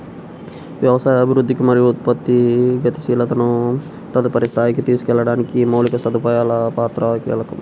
వ్యవసాయ అభివృద్ధికి మరియు ఉత్పత్తి గతిశీలతను తదుపరి స్థాయికి తీసుకెళ్లడానికి మౌలిక సదుపాయాల పాత్ర కీలకం